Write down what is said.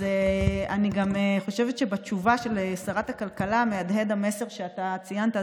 אני חושבת שבתשובה של שרת הכלכלה מהדהד המסר שאתה ציינת,